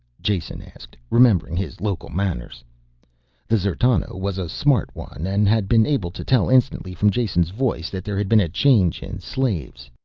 jason asked, remembering his local manners. this d'zertano was a smart one and had been able to tell instantly from jason's voice that there had been a change in slaves.